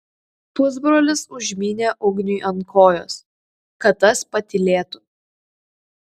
pusbrolis užmynė ugniui ant kojos kad tas patylėtų